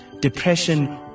depression